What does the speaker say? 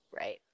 right